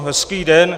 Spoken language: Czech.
Hezký den.